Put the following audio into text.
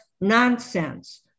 nonsense